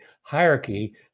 hierarchy